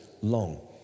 long